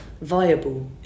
viable